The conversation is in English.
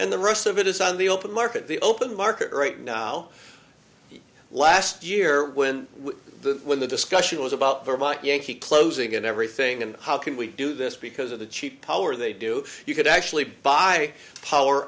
and the rest of it is on the open market the open market right now last year when the when the discussion was about vermont yankee closing and everything and how can we do this because of the cheap power they do you could actually buy power